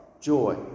joy